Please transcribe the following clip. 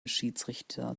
schiedsrichter